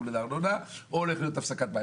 בתשלום ארנונה" ו"הולכת להיות הפסקת מים".